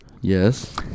Yes